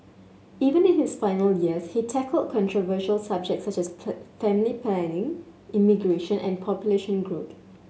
even in his final years he tackled controversial subjects such as family planning immigration and population growth